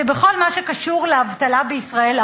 שבכל מה שקשור לאבטלה בישראל,